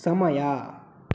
ಸಮಯ